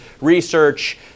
Research